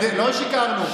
לא שיקרנו.